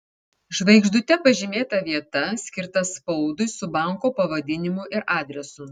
žvaigždute pažymėta vieta skirta spaudui su banko pavadinimu ir adresu